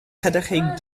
frédéric